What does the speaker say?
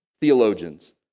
theologians